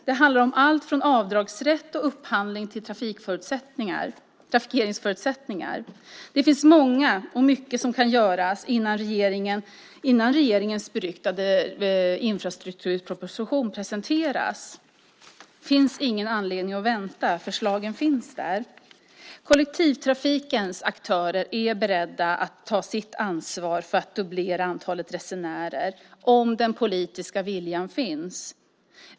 Det handlar om allt från avdragsrätt och upphandling till trafikeringsförutsättningar. Mycket kan göras innan regeringen presenterar den infrastrukturproposition som det ryktats om. Det finns ingen anledning att vänta; förslagen finns ju. Kollektivtrafikens aktörer är beredda att ta sitt ansvar för att dubblera antalet resenärer om den politiska viljan finns.